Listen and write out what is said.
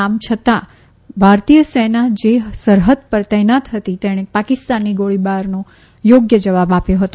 આમ છતાં ભારતીય સેના જે સરહદ ઉપર તહેનાત હતી તેણે પાકિસ્તાનની ગોળીબારનો યોગ્ય જવાબ આપ્યો હતો